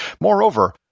Moreover